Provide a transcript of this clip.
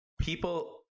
People